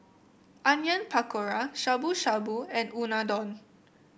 Onion Pakora Shabu Shabu and Unadon